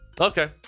Okay